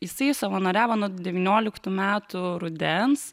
jisai savanoriavo nuo devynioliktų metų rudens